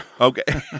Okay